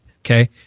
Okay